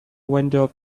windows